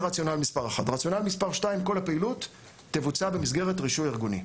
רציונל מספר שתיים: כל הפעילות תבוצע במסגרת רישוי ארגוני.